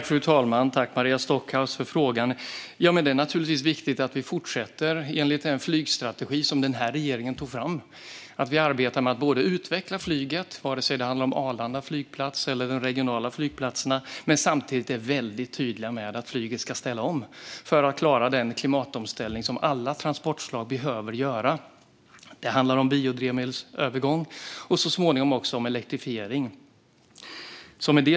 Fru talman! Tack, Maria Stockhaus, för frågan! Det är naturligtvis viktigt att vi fortsätter enligt den flygstrategi som den här regeringen tog fram och att vi arbetar med att utveckla flyget, oavsett om det handlar om Arlanda eller de regionala flygplatserna, men samtidigt är väldigt tydliga med att flyget ska ställa om för att klara den klimatomställning som alla transportslag behöver göra. Det handlar om övergång till biodrivmedel och så småningom också om elektrifiering.